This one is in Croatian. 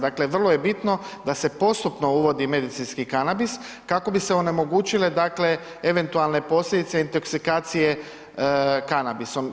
Dakle, vrlo je bitno da se postupno uvodi medicinski kanabis kako bi se onemogućile, dakle, eventualne posljedice intoksikacije kanabisom.